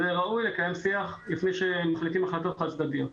וראוי לקיים שיח לפני שמחליטים החלטות חד-צדדיות.